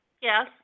Yes